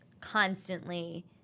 constantly